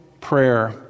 prayer